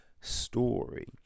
story